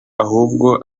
ahubwo